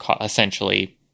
essentially